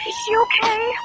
is she okay?